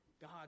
God